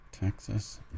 Texas